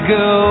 go